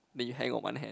then you hang on one hand